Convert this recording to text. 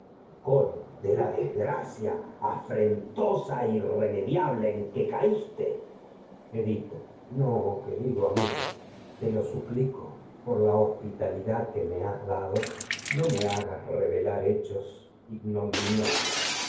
coro de desgracia afrentosa e irremediable en que caíste edipo no querido amigo te lo suplico me por la hos pitalidad que has dado no me hagas revelar hechos ignominiosos